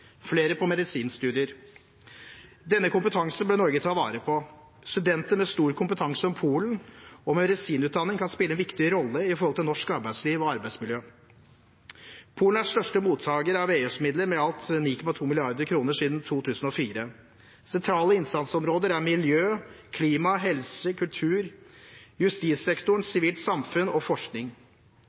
flere på medisinstudier. Denne kompetansen bør Norge ta vare på. Studenter med stor kompetanse om Polen og med medisinutdanning kan spille en viktig rolle i norsk arbeidsliv og arbeidsmiljø. Polen er største mottaker av EØS-midler med i alt 9,2 mrd. kr siden 2004. Sentrale innsatsområder er miljø og klima, helse, kultur, justissektoren, sivilt samfunn og forskning.